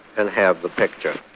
and have the picture.